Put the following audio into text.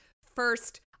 First